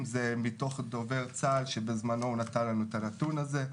זה מתוך דובר צה"ל שבזמנו הוא נתן לנו את הנתון הזה.